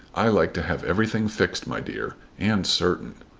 i like to have everything fixed, my dear and certain.